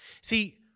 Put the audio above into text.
See